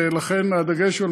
ולכן הדגש הוא על